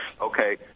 Okay